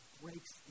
breaks